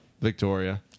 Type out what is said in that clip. Victoria